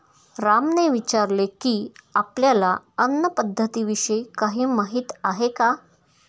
रामने विचारले की, आपल्याला अन्न पद्धतीविषयी काही माहित आहे का?